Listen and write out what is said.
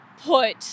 put